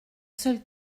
seul